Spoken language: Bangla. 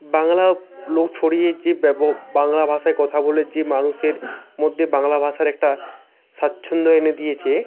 বাংলা লোক ছড়িয়ে যে ব্যাপক বাংলা ভাষায় কথা বলে যে মানুষের মধ্যে বাংলা ভাষার একটা স্বাচ্ছন্দ্য এনে দিয়েছে